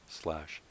slash